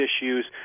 issues